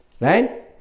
Right